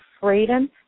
freedom